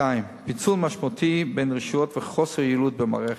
2. פיצול משמעותי בין רשויות וחוסר יעילות במערכת.